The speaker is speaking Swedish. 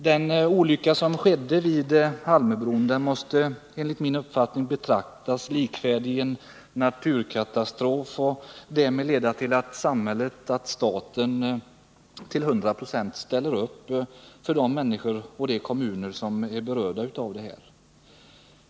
Den olycka som skedde vid Almöbron måste enligt min uppfattning betraktas som likvärdig med en naturkatastrof och därmed föranleda att staten till 100 9? ställer upp för de kommuner som är berörda av den.